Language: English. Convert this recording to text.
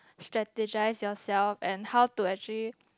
strategize yourself and how to actually